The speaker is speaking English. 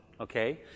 okay